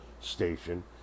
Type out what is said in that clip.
station